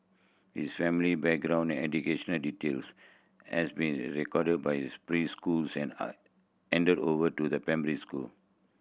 his family background and educational details has been recorded by his preschool and handed over to the primary school